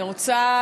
אני רוצה,